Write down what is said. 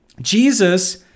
Jesus